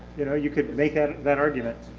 you know you could make that that argument.